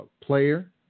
player